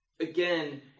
Again